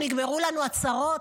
נגמרו לנו הצרות,